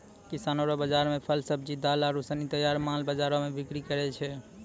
किसानो रो बाजार मे फल, सब्जी, दाल आरू सनी तैयार माल बाजार मे बिक्री करै छै